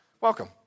Welcome